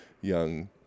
young